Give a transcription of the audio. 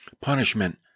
Punishment